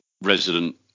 resident